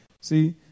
See